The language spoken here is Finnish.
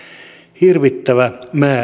hirvittävä määrä